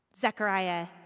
Zechariah